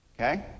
okay